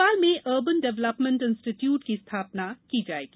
भोपाल में urban development institute की स्थापना की भोपाल जायेगी